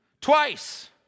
twice